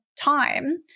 time